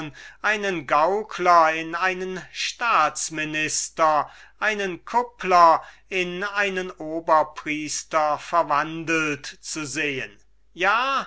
einen pantomimen in einen staatsminister einen kuppler in einen oberpriester verwandelt zu sehen ein